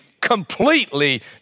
completely